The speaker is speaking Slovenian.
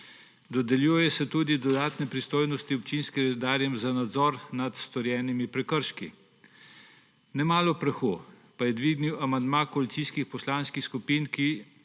Dodeljuje se tudi dodatne pristojnosti občinskim redarjem za nadzor nad storjenimi prekrški. Nemalo prahu pa je dvignil amandma koalicijskih poslanskih skupin, ki